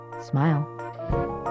Smile